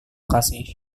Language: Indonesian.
kasih